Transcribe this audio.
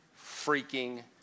freaking